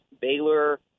Baylor –